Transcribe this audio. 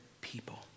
people